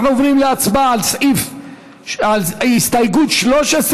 אנחנו עוברים להצבעה על הסתייגות 13,